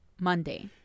Monday